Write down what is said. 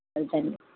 అవి తెండి